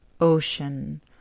ocean